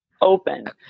open